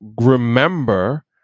remember